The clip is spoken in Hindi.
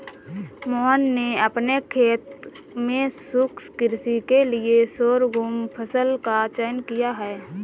मोहन ने अपने खेत में शुष्क कृषि के लिए शोरगुम फसल का चयन किया है